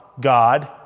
God